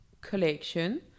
collection